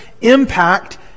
impact